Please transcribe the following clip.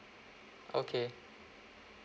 okay